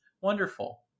wonderful